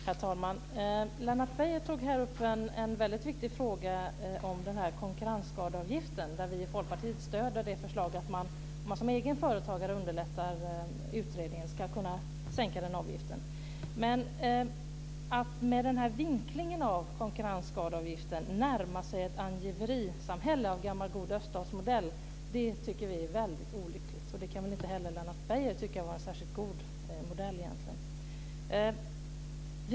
Herr talman! Lennart Beijer tog upp en väldigt viktig fråga om konkurrensskadeavgiften. Vi i Folkpartiet stöder förslaget att man, om en egen företagare underlättar utredningen, ska kunna sänka avgiften. Men att med den här vinklingen av konkurrensskadeavgiften närma sig ett angiverisamhälle av gammal god öststatsmodell tycker vi är väldigt olyckligt. Det kan väl inte heller Lennart Beijer tycka är en särskilt god modell egentligen.